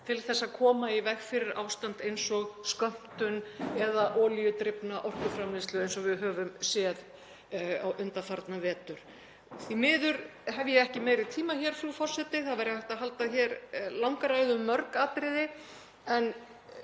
til að koma í veg fyrir ástand eins og skömmtun eða olíudrifna orkuframleiðslu eins og við höfum séð undanfarna vetur. Því miður hef ég ekki meiri tíma, frú forseti. Það væri hægt að halda hér langa ræðu um mörg atriði en